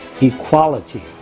equality